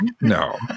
No